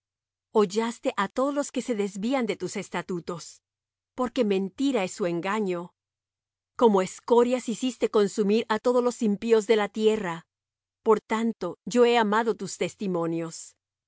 estatutos hollaste á todos los que se desvían de tus estatutos porque mentira es su engaño como escorias hiciste consumir á todos los impíos de la tierra por tanto yo he amado tus testimonios